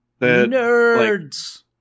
Nerds